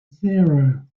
zero